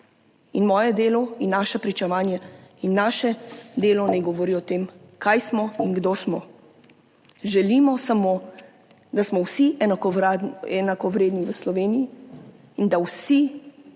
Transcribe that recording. Moje delo, naše pričevanje in naše delo naj govori o tem, kaj smo in kdo smo. Želimo samo, da smo vsi v Sloveniji enakovredni in da vsi